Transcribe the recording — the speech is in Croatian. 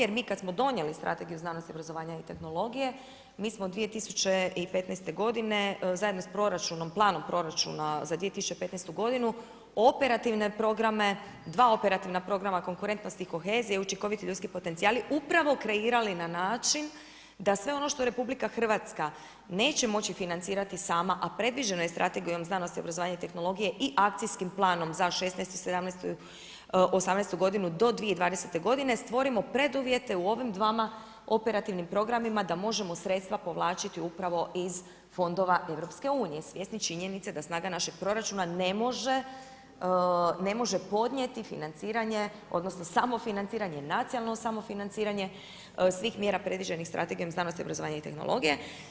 Jer mi kad smo donijeli Strategiju znanosti, obrazovanja i tehnologije mi 2015. godine zajedno sa proračunom, planom proračuna za 2015. godinu operativne programe, dva operativna programa konkurentnost i kohezija i učinkoviti ljudski potencijali upravo kreirali na način da sve ono što RH neće moći financirati sama, a predviđeno je Strategijom znanosti, obrazovanja i tehnologije i akcijskim planom za šesnaestu, sedamnaestu, osamnaestu godinu do 2020. godine stvorimo preduvjete u ovim dvama operativnim programima da možemo sredstva povlačiti upravo iz fondova EU svjesni činjenice da snaga našeg proračuna ne može podnijeti financiranje, odnosno samofinanciranje, nacionalno samofinanciranje svih mjera predviđenih Strategijom znanosti, obrazovanja i tehnologije.